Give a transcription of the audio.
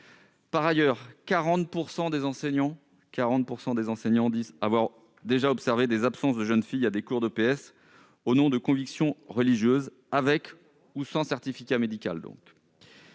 Par ailleurs, 40 % des enseignants disent avoir déjà observé des absences de jeunes filles à des cours d'EPS au nom de convictions religieuses, avec ou sans certificat médical.